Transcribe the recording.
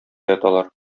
яталар